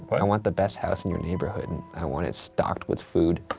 but i want the best house in your neighborhood and i want it stocked with food,